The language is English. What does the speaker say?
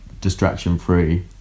distraction-free